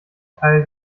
teil